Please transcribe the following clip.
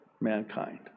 mankind